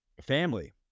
family